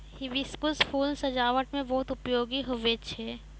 hibiscus फूल सजाबट मे बहुत उपयोगी हुवै छै